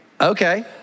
Okay